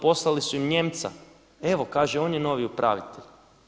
Poslali su im Nijemca, evo kažu on je novi upravitelj.